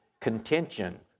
contention